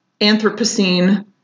Anthropocene